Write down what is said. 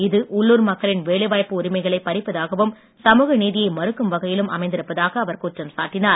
இது உள்ளூர் மக்களின் வேலைவாய்ப்பு உரிமைகளை பறிப்பதாகவும் சமூகநீதியை மறுக்கும் வகையிலும் அமைந்திருப்பதாக அவர் குற்றம் சாட்டினார்